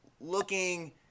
looking